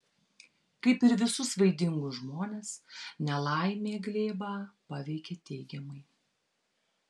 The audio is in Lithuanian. kaip ir visus vaidingus žmones nelaimė glėbą paveikė teigiamai